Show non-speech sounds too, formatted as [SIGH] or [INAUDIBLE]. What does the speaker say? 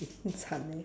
[NOISE] cham eh